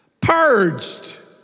purged